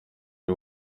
ari